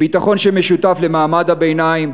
הביטחון שמשותף למעמד הביניים,